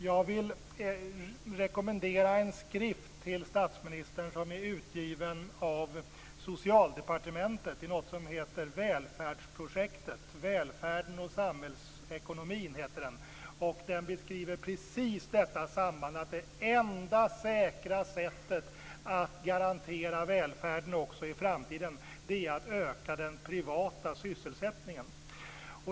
Jag vill rekommendera en skrift till statsministern som är utgiven av Socialdepartementet och som heter: Där beskrivs precis att det enda säkra sättet att garantera välfärden också i framtiden är att öka den privata sysselsättningen.